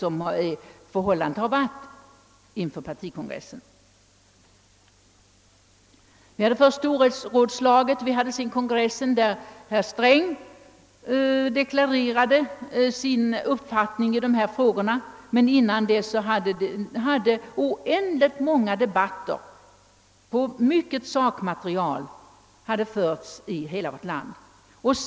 Vi hade först storrådslaget, och vi hade sedan kongressen, där herr Sträng deklarerade sin uppfattning i dessa frågor. Dessförinnan hade oändligt många debatter kring mycket sakmaterial förts i hela vårt land.